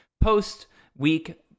post-week